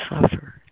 suffer